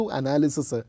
analysis